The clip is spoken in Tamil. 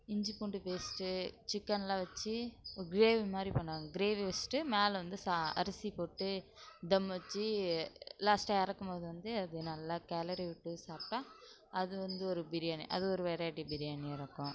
இஞ்சி பூண்டு பேஸ்ட்டு சிக்கனெலாம் வச்சு ஒரு கிரேவி மாதிரி பண்ணுவாங்க கிரேவி வச்சுட்டு மேலே வந்து சா அரிசி போட்டு தம் வச்சு லாஸ்ட்டாக இறக்கும்போது வந்து அது நல்லா கிளறிவிட்டு சாப்டா அது வந்து ஒரு பிரியாணி அது ஒரு வெரைட்டி பிரியாணியாக இருக்கும்